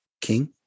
King